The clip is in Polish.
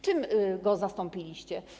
Czym go zastąpiliście?